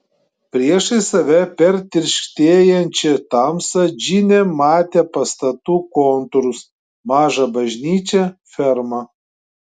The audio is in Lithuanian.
priešais save per tirštėjančią tamsą džinė matė pastatų kontūrus mažą bažnyčią fermą